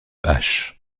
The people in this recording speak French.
hache